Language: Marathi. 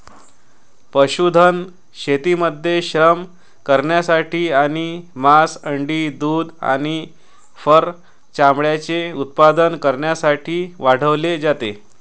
पशुधन शेतीमध्ये श्रम करण्यासाठी आणि मांस, अंडी, दूध आणि फर चामड्याचे उत्पादन करण्यासाठी वाढवले जाते